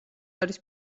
არის